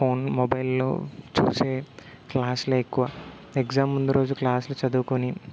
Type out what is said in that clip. phone మొబైల్లో చూసే క్లాస్లే ఎక్కువ ఎగ్జామ్ ముందు రోజు క్లాస్లో చదువుకొని